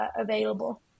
available